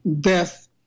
death